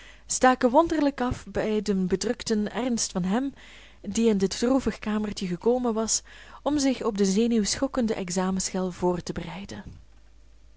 staken wonderlijk af bij den bedrukten ernst van hem die in dit droevig kamertje gekomen was om zich op de zenuwschokkende examenschel voor te bereiden